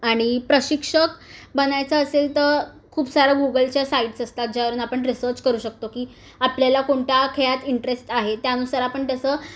आणि प्रशिक्षक बनायचं असेल तर खूप साऱ्या गुगलच्या साइड्स असतात ज्यावरून आपण रिसर्च करू शकतो की आपल्याला कोणत्या खेळात इंटरेस्ट आहे त्यानुसार आपण तसं